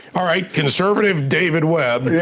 all right, conservative david webb,